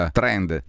trend